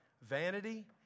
vanity